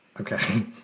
Okay